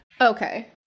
Okay